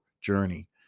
journey